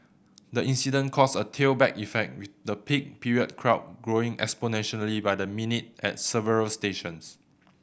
the incident caused a tailback effect with the peak period crowd growing exponentially by the minute at several stations